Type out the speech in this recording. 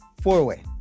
Four-way